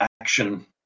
action